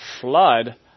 flood